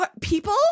People